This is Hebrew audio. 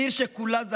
עיר שכולה זהב,